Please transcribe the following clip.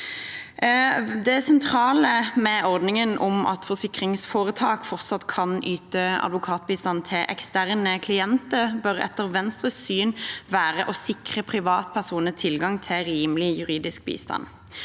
Det sentrale med ordningen om at forsikringsforetak fortsatt kan yte advokatbistand til eksterne klienter, bør etter Venstres syn være å sikre privatpersoner tilgang på rimelig juridisk bistand.